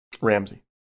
Ramsey